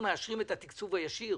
גם את התקצוב העקיף.